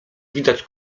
widać